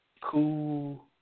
cool